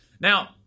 Now